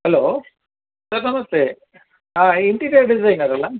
hello sir ನಮಸ್ತೆ ಹಾಂ interior designer ಅಲ್ಲ